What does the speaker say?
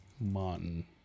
Martin